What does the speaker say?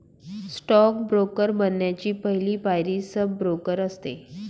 stock broker बनण्याची पहली पायरी सब ब्रोकर असते